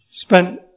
Spent